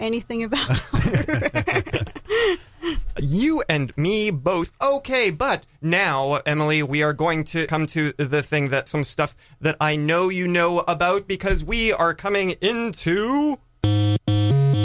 anything about you and me both ok but now emily we are going to come to the thing that some stuff that i know you know about because we are coming into